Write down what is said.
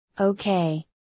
Okay